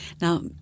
Now